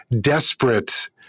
desperate